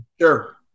Sure